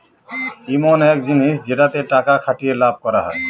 ইমন এক জিনিস যেটাতে টাকা খাটিয়ে লাভ করা হয়